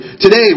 Today